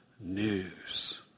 news